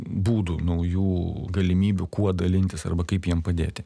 būdų naujų galimybių kuo dalintis arba kaip jiem padėti